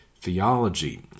theology